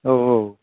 औ औ